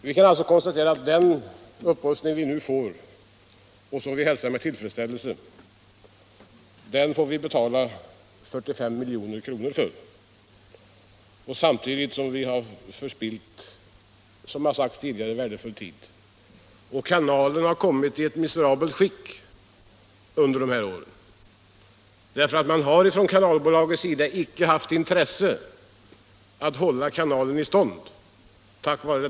Vi kan nu konstatera att den upprustning som vi får och som vi hälsar med tillfredsställelse kommer att kosta 45 milj.kr. Samtidigt har vi, såsom tidigare har sagts, förspillt värdefull tid. Kanalen har under dessa år kommit i ett miserabelt skick. Kanalbolaget har på grund av detta evinnerliga utredande icke haft något intresse av att hålla kanalen i stånd.